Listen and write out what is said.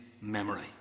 memory